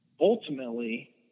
ultimately